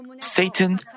Satan